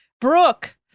Brooke